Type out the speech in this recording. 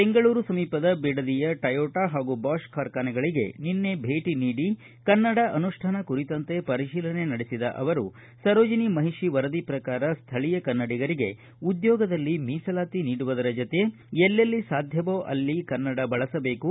ಬೆಂಗಳೂರು ಸಮೀಪದ ಬಿಡದಿಯ ಟಯೋಟಾ ಹಾಗೂ ಬಾ ಕಾರ್ಖಾನೆಗಳಿಗೆ ನಿನ್ನೆ ಭೇಟಿ ನೀಡಿ ಕನ್ನಡ ಅನು ಕುರಿತಂತೆ ಪರಿಶೀಲನೆ ನಡೆಸಿದ ಅವರು ಸರೋಜಿನಿ ಮಹಿಷಿ ವರದಿ ಪ್ರಕಾರ ಸ್ವಳೀಯ ಕನ್ನಡಿಗರಿಗೆ ಉದ್ಯೋಗದಲ್ಲಿ ಮೀಸಲಾತಿ ನೀಡುವುದರ ಜತೆ ಎಲ್ಲೆಲ್ಲಿ ಸಾಧ್ಯವೋ ಅಲ್ಲಿ ಕನ್ನಡ ಬಳಸಬೇಕು